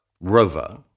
Rover